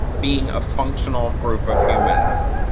being a functional group of humans